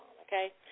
okay